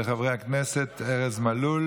ארז מלול